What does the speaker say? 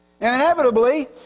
Inevitably